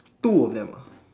two of them ah